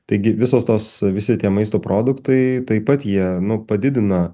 taigi visos tos visi tie maisto produktai taip pat jie nu padidina